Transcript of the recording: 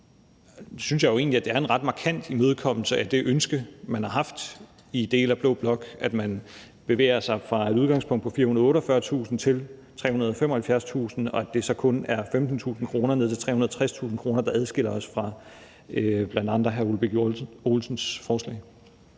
det er en ret markant imødekommelse af det ønske, man har haft i dele af blå blok, at man bevæger sig fra et udgangspunkt på 448.000 kr. til 375.000 kr., og at det så kun er 15.000 kr. ned til 360.000 kr., der adskiller os fra blandt andre hr. Ole Birk Olesens forslag.